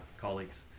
colleagues